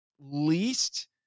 least